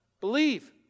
Believe